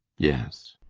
yes.